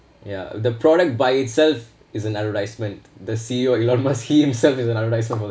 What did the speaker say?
ya the product by itself is an advertisement the C_E_O elon musk he himself is an advertisement for the